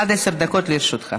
עד עשר דקות לרשותך.